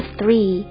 three